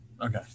Okay